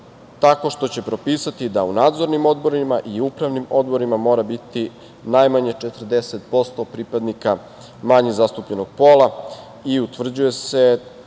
tako što će propisati da u nadzornim odborima i u upravnim odborima mora biti najmanje 40% pripadnika manje zastupljenog pola i utvrđuje se